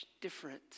different